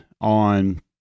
on